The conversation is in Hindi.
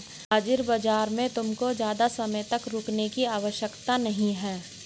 हाजिर बाजार में तुमको ज़्यादा समय तक रुकने की आवश्यकता नहीं है